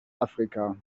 afrika